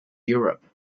europe